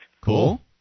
Cool